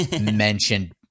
mentioned